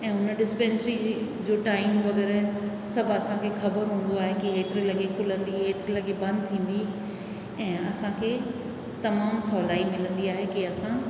ऐं हुन डिस्पैंसरी जो टाइम वग़ैरह इन सभु असांखे ख़बर हूंदो आहे की हेतिरे लॻे खुलंदी हेतिरे लॻे बंदि थींदी ऐं असांखे तमामु सहुलाई मिलंदी आहे की असां